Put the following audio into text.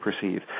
perceive